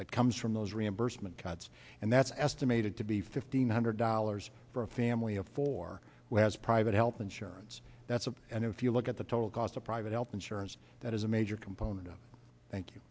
that comes from those reimbursement cuts and that's estimated to be fifteen hundred dollars for a family of four who has private health insurance that's a and if you look at the total cost of private health insurance that is a major component of thank you